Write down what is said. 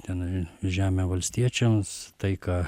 tenai žemę valstiečiams tai ką